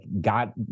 got